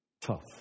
Tough